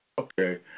Okay